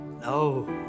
No